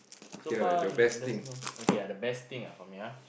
so far there's no okay ah the best thing ah for me ah